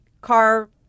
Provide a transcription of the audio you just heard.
car